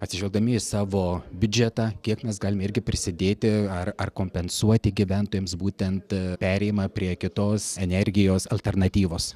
atsižvelgdami į savo biudžetą kiek mes galime irgi prisidėti ar ar kompensuoti gyventojams būtent perėjimą prie kitos energijos alternatyvos